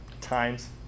times